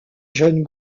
jeune